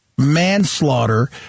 manslaughter